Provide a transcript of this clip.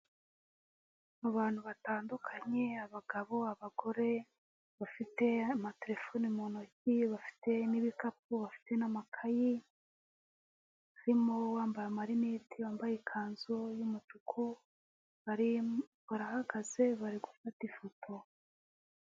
Mu bantu batandukanye abagabo, abagore bafite amatelefoni mu ntoki bafite n'ibikapu bafite n'amakayi harimo uwambaye amarineti wambaye ikanzu y'umutuku barahagaze bari gufata ifoto.